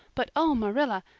but oh, marilla,